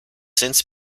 since